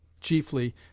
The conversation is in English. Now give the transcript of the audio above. chiefly